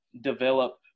develop